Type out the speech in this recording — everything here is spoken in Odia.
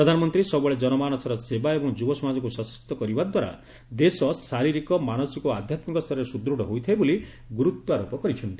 ପ୍ରଧାନମନ୍ତ୍ରୀ ସବୁବେଳେ ଜନମାନସର ସେବା ଏବଂ ଯୁବସମାଜକୁ ସଶକ୍ତ କରିବାଦ୍ୱାରା ଦେଶ ଶାରୀରିକ ମାନସିକ ଓ ଆଧ୍ୟାତ୍ମିକ ସ୍ତରରେ ସୁଦୃଢ଼ ହୋଇଥାଏ ବୋଲି ଗୁର୍ତ୍ୱାରୋପ କରିଛନ୍ତି